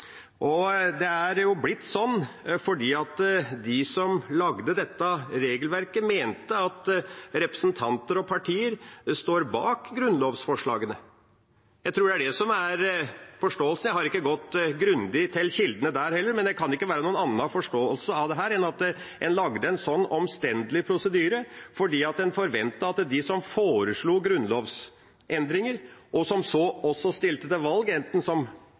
Det er blitt sånn fordi de som laget dette regelverket, mente at representanter og partier står bak grunnlovsforslagene. Jeg tror det er det som er forståelsen. Jeg har ikke gått grundig til kildene der heller, men det kan ikke være noen annen forståelse av dette enn at en laget en slik omstendelig prosedyre fordi en forventet at de som foreslo grunnlovsendringer, og som også stilte til valg, enten som